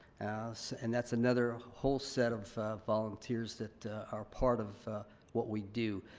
so and that's another whole set of volunteers that are part of what we do.